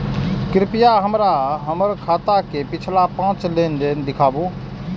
कृपया हमरा हमर खाता के पिछला पांच लेन देन दिखाबू